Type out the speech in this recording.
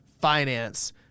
finance